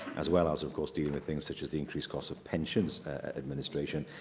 as well as, of course, dealing with things such as the increased costs of pensions administration,